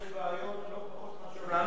בטייוואן יש בעיות לא פחות מאשר לנו,